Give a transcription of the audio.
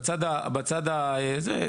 בצד הזה,